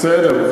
בסדר.